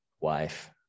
wife